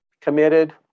committed